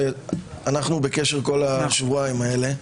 אנחנו בקשר כל השבועיים האלה.